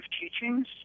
teachings